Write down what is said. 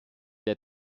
der